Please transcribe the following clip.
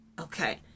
Okay